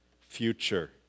future